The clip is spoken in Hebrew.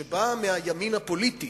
שבאה מהימין הפוליטי,